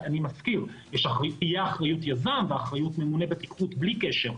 אני מזכיר שתהיה אחריות יזם ואחריות ממונה בטיחות יותר חדה בלי קשר,